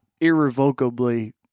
irrevocably